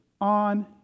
on